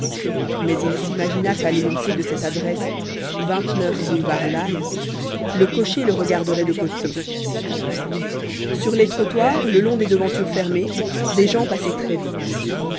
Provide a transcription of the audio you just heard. mais il s'imagina qu'à l'énoncé de cette adresse boulevard lannes le cocher le regarderait de côté sur les trottoirs le long des devantures fermées des gens passaient très vite